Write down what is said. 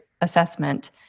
assessment